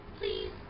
Please